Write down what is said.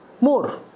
more